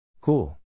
Cool